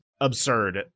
absurd